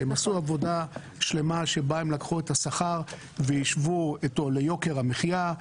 הם עשו עבודה שלמה שבה הם לקחו את השכר והשוו אותו ליוקר המחייה,